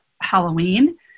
Halloween